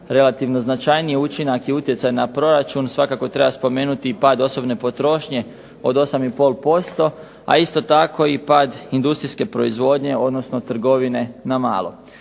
relativno značajniji učinak i utjecaj na proračun svakako treba spomenuti i pad osobne potrošnje od 8 i pol posto, a isto tako i pad industrijske proizvodnje, odnosno trgovine na malo.